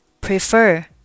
prefer